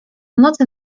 nocy